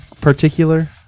particular